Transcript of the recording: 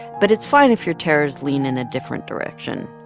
but it's fine if your terrors lean in a different direction.